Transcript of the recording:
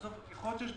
בבקשה.